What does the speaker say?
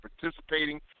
participating